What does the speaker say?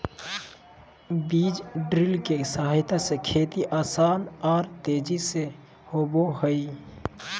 बीज ड्रिल के सहायता से खेती आसान आर तेजी से होबई हई